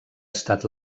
estat